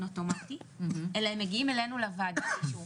אוטומטי אלא הם מגיעים אלינו לוועדה לאישור.